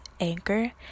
anchor